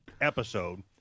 episode